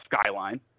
Skyline